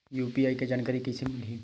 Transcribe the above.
UPI के जानकारी कइसे मिलही?